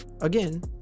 again